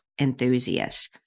enthusiasts